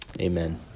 Amen